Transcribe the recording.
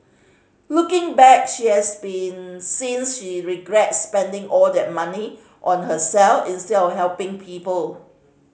looking back she has been since she regrets spending all that money on herself instead of helping people